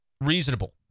reasonable